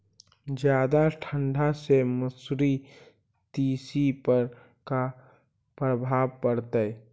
जादा ठंडा से मसुरी, तिसी पर का परभाव पड़तै?